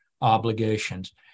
obligations